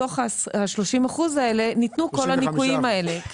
ה-30% האלה ניתנו כל הניכויים האלה,